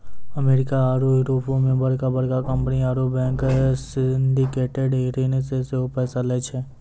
America आरु यूरोपो मे बड़का बड़का कंपनी आरु बैंक सिंडिकेटेड ऋण से सेहो पैसा लै छै